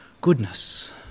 goodness